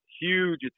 huge